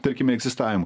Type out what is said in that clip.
tarkime egzistavimą